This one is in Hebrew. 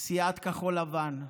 סיעת כחול לבן,